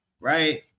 right